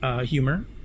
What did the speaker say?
humor